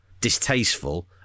distasteful